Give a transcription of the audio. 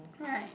right